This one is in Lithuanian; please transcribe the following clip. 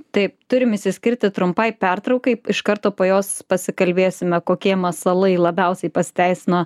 taip turim išsiskirti trumpai pertraukai iš karto po jos pasikalbėsime kokie masalai labiausiai pasiteisino